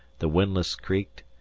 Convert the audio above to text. the windlass creaked,